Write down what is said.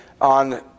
on